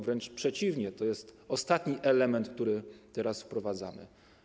Wręcz przeciwnie, to jest ostatni element, który teraz wprowadzamy.